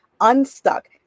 unstuck